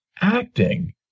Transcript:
acting